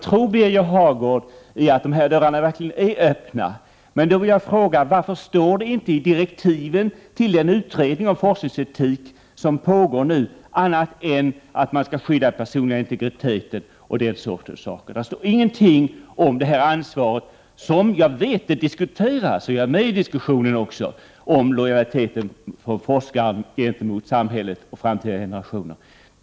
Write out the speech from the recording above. Fru talman! Jag skulle vara mycket glad om jag hade kunnat tro Birger Hagård, när han säger att dessa dörrar är öppna. Varför står det då inte något annat i direktiven till den pågående utredningen om forskningsetik än att man skall skydda den personliga integriteten och liknande anvisningar? Det står inte någonting i direktiven om det ansvar som jag vet diskuteras — jag är själv med i den diskussionen — om forskarnas lojalitet gentemot samhället och framtida generationer.